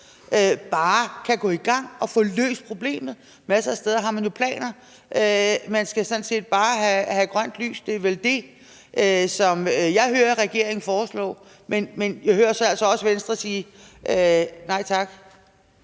bare kan gå i gang og få løst problemet? Masser af steder har man jo planer; man skal sådan set bare have grønt lys. Det er det, som jeg hører regeringen foreslå, men jeg hører så altså også Venstre sige nej tak.